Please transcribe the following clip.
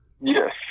yes